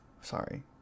sorry